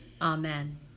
Amen